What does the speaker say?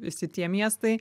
visi tie miestai